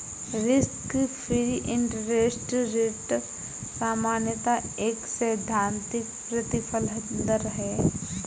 risk free interest rate सामान्यतः एक सैद्धांतिक प्रतिफल दर है